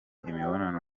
imibonano